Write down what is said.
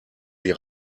sie